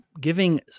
giving